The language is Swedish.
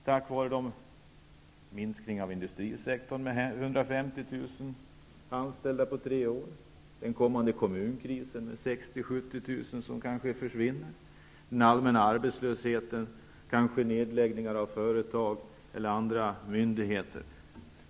De beror på bl.a. minskning av industrisektorn med 150 000 personer under loppet av tre år, den kommande kommunkrisen som kanske innebär 60 000-70 000 färre arbetsplatser, den allmänna arbetslösheten och nedläggning av företag och myndigheter.